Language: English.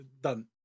Done